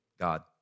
God